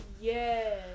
Yes